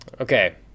Okay